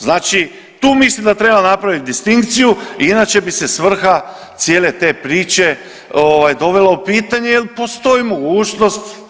Znači tu mislim da treba napravit distinkciju, inače bi se svrha cijele te priče dovela u pitanje jer postoji mogućnost.